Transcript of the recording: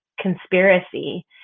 conspiracy